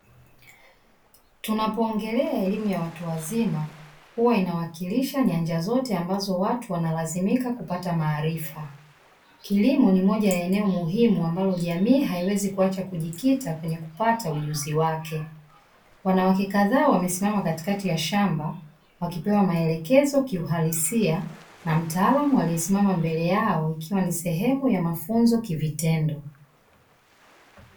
Tunapoongolea elimu ya watu wazima huwa inawakilisha nyanja zote ambazo watu wanalazimika kupata maarifa. Kilimo ni moja ya eneo muhimu ambalo jamii haiwezi kuacha kujikita kwenye kupata ujuzi wake. Wanawake kadhaa wamesimama katikati ya shamba, wakipewa maelekezo kiuhalisia na mtaalamu aliyesimama mbele yao unaoonyesha sehemu ya mafunzo kivitendo.